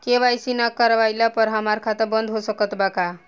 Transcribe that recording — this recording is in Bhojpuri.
के.वाइ.सी ना करवाइला पर हमार खाता बंद हो सकत बा का?